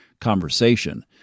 conversation